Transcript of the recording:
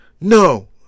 No